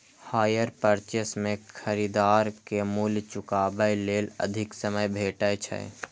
hire purchase मे खरीदार कें मूल्य चुकाबै लेल अधिक समय भेटै छै